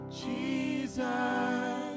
Jesus